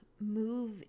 move